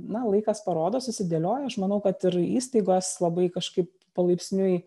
na laikas parodo susidėlioja aš manau kad ir įstaigos labai kažkaip palaipsniui